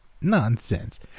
Nonsense